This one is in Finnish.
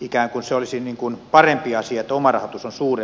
ikään kuin se olisi parempi asia että oma rahoitus on suurempi kuin ulkopuolinen